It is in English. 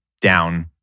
down